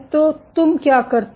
तो तुम क्या करते हो